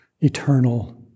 eternal